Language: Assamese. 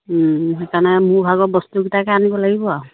সেইকাৰণে মোৰ ভাগৰ বস্তুকেইটাকে আনিব লাগিব আৰু